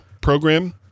program